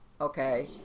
Okay